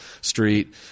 Street